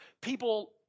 people